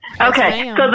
Okay